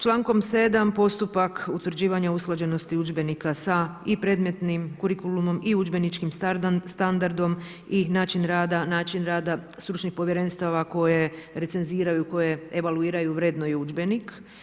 Čl. 7. postupak utvrđivanja usklađenosti udžbenicima i sa predmetnim kurikulumom i udžbeničkim standardom i način rada, način rada stručnih povjerenstava, koje recenziraju koje evaluiraju, vrednuju udžbenik.